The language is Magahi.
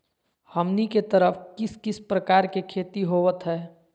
हमनी के तरफ किस किस प्रकार के खेती होवत है?